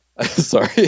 Sorry